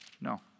No